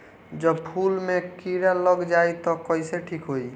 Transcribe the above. जब फूल मे किरा लग जाई त कइसे ठिक होई?